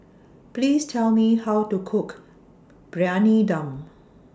Please Tell Me How to Cook Briyani Dum